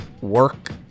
work